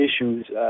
issues